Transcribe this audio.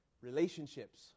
Relationships